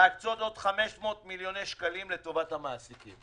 להקצות עוד 500 מיליון שקלים לטובת המעסיקים.